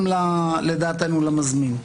גם לדעתנו למזמין.